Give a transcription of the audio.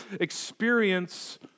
experience